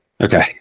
Okay